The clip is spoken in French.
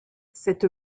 cette